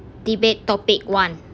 debate topic one